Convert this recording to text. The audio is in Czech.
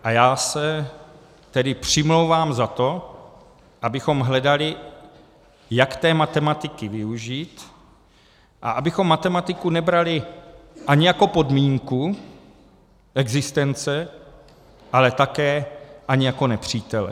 A já se tedy přimlouvám za to, abychom hledali, jak té matematiky využít, a abychom matematiku nebrali ani jako podmínku existence, ale také ani jako nepřítele.